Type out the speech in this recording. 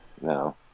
No